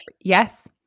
Yes